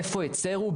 איפה הצרו,